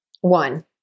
One